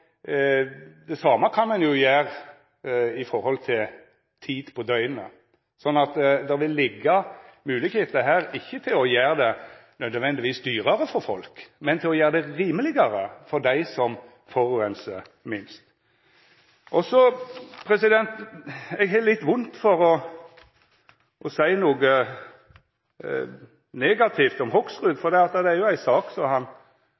Det same kan ein jo gjera når det gjeld tid på døgeret, så det vil liggja moglegheiter her. Det er ikkje nødvendigvis for å gjera det dyrare for folk, men for å gjera det rimelegare for dei som forureinar minst. Eg har litt vondt for å seia noko negativt om Hoksrud, for det er jo ei sak